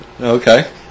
Okay